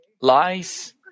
Lies